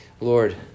Lord